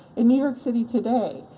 in new york city today,